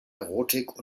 erotik